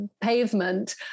pavement